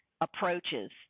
approaches